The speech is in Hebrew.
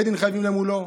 בית דין חייבים למולו,